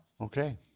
Okay